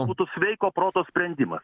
supratau būtų sveiko proto sprendimą